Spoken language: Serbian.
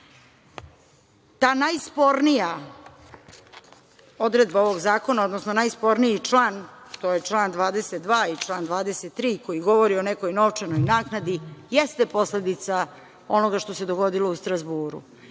najspornija odredba ovog zakona, odnosno najsporniji član, to je član 22. i član 23, koji govori o nekoj novčanoj naknadi, jeste posledica onoga što se dogodilo u Strazburu. Jeste